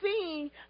seeing